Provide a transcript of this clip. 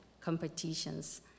competitions